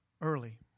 early